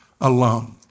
alone